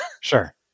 Sure